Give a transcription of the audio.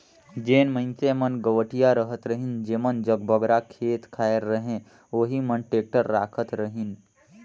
जेन मइनसे मन गवटिया रहत रहिन जेमन जग बगरा खेत खाएर रहें ओही मन टेक्टर राखत रहिन